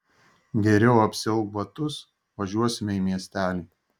geriau apsiauk batus važiuosime į miestelį